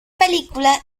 película